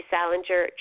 Salinger